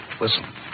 Listen